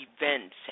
events